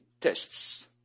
tests